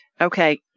okay